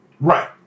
Right